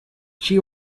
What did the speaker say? she